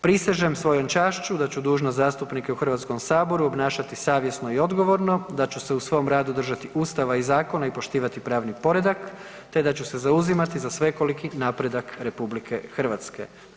Prisežem svojom čašću da ću dužnost zastupnika u Hrvatskome saboru obnašati savjesno i odgovorno, da ću se u svom radu držati Ustava i zakona i poštivati pravni poredak te da ću se zauzimati za svekoliki napredak Republike Hrvatske.